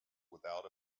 without